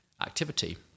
activity